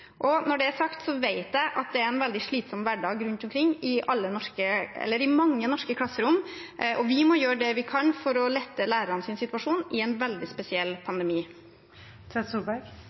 Når det er sagt, vet jeg at det er en veldig slitsom hverdag rundt omkring i mange norske klasserom, og vi må gjøre det vi kan for å lette lærernes situasjon i en veldig spesiell